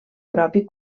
propi